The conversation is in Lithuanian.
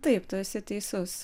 taip tu esi teisus